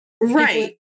Right